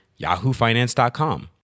yahoofinance.com